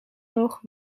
nog